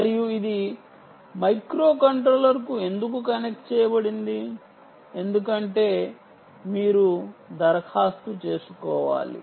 మరియు ఇది మైక్రోకంట్రోలర్కు ఎందుకు కనెక్ట్ చేయబడింది ఎందుకంటే మీరు దరఖాస్తు చేసుకోవాలి